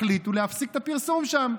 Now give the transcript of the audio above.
החליטו להפסיק את הפרסום שם.